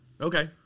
Okay